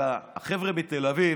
אלא שהחבר'ה בתל אביב,